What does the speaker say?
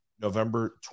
November